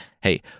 hey